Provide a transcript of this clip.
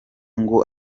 ngo